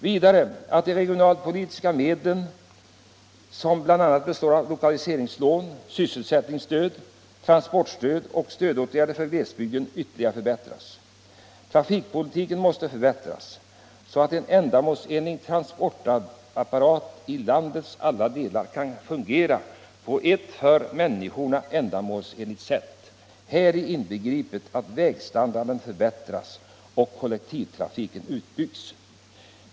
Vidare att de regionalpolitiska medlen, som bl.a. består av lokaliseringslån, sysselsättningsstöd, transportstöd och stödåtgärder för glesbygden, ytterligare förbättras. Trafikpolitiken måste förbättras, så att en god transportapparat i landets alla delar kan fungera på ett för människorna ändamålsenligt sätt, häri inbegripet att vägstandarden förbättras och kollektivtrafiken utbyggs.